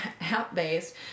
app-based